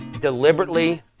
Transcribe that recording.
deliberately